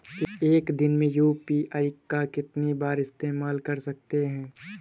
एक दिन में यू.पी.आई का कितनी बार इस्तेमाल कर सकते हैं?